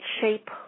shape